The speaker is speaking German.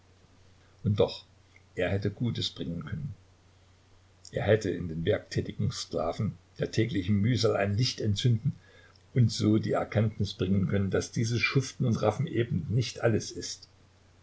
und doch er hätte gutes bringen können er hätte in den werktätigen sklaven der täglichen mühsal ein licht entzünden und die so erkenntnis bringen können daß dieses schuften und raffen eben nicht alles ist